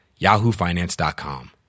yahoofinance.com